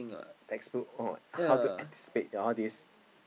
textbook or how to anticipate all these